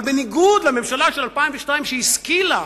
אבל בניגוד לממשלה של 2002, שהשכילה